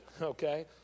okay